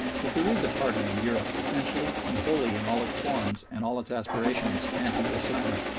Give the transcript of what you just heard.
if there is a party in europe essentially and wholly in all its forms and all its aspirations anti-islamic,